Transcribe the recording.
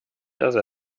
ersetzt